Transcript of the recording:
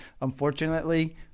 Unfortunately